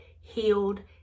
healed